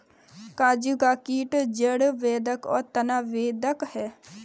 काजू का कीट जड़ बेधक और तना बेधक है